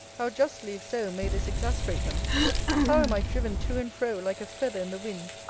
how justly, if so, may this exasperate them how am i driven to and fro, like a feather in the wind,